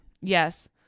Yes